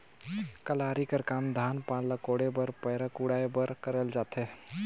कलारी कर काम धान पान ल कोड़े बर पैरा कुढ़ाए बर करल जाथे